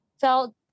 felt